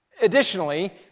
Additionally